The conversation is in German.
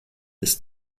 ist